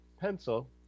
pencil